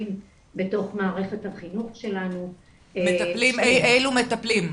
בתוך מערכת החינוך שלנו -- אילו מטפלים?